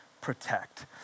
protect